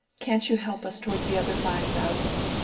can't you help us towards the other five thousand?